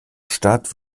stadt